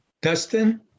Dustin